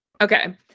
Okay